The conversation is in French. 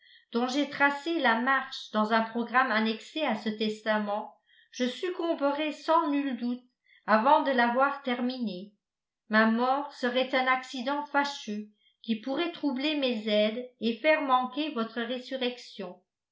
dont j'ai tracé la marche dans un programme annexé à ce testament je succomberais sans nul doute avant de l'avoir terminée ma mort serait un accident fâcheux qui pourrait troubler mes aides et faire manquer votre résurrection